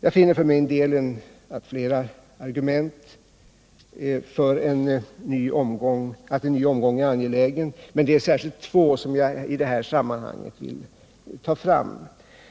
Jag finner för min del flera argument för att en ny omgång är angelägen, men det är särskilt två av dessa som jag i det här sammanhanget vill ta fram.